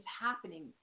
happening